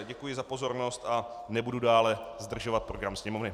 Děkuji za pozornost a nebudu dále zdržovat program Sněmovny.